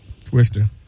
Twister